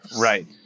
Right